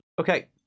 Okay